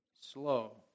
Slow